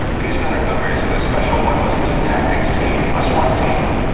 these men are members of a special weapons and tactics team, a swat team.